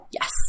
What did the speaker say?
Yes